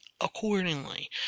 accordingly